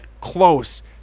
close